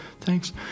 Thanks